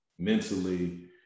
mentally